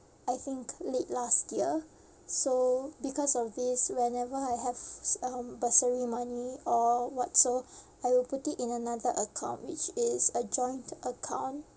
I think late last year so because of this whenever I have s~ um bursary money or what so I will put it in another account which is a joint account